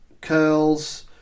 curls